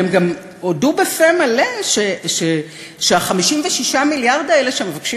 והם גם הודו בפה מלא ש-56 המיליארד האלה שמבקשים